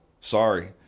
Sorry